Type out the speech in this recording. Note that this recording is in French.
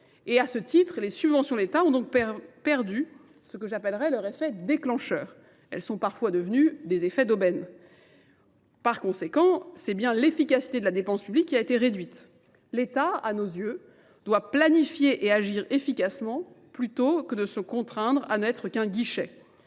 Et à ce titre, les subventions de l'État ont donc perdu ce que j'appellerais leur effet déclencheur. Elles sont parfois devenues des effets d'aubaine. Par conséquent, c'est bien l'efficacité de la dépense publique qui a été réduite. L'État, à nos yeux, doit planifier et agir efficacement plutôt que de se contraindre à n'être qu'un guichet.